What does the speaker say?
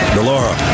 Delora